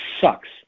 sucks